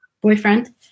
boyfriend